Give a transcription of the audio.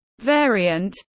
variant